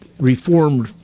reformed